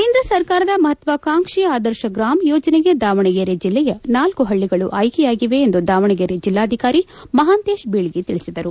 ಕೇಂದ್ರ ಸರ್ಕಾರದ ಮಹಾತ್ವಾಕಾಂಕ್ಷೆಯ ಆದರ್ಶ ಗ್ರಾಮ ಯೋಜನೆಗೆ ದಾವಣಗೆರೆ ಜಿಲ್ಲೆಯ ನಾಲ್ಕು ಹಳ್ಳಗಳು ಆಯ್ಡೆಯಾಗಿವೆ ಎಂದು ದಾವಣಗೆರೆ ಜಿಲ್ಲಾಭಿಕಾಲಿ ಮಹಾಂತೇಶ್ ಚೀಕಗಿ ತಿಳಸಿದರು